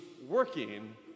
working